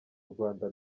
rwanda